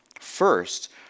first